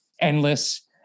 endless